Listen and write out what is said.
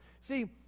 See